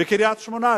בקריית-שמונה,